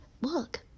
look